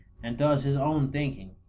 and does his own thinking.